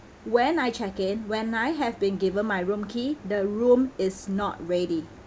when I checked in when I have been given my room key the room is not ready